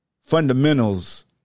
fundamentals